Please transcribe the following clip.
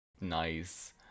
nice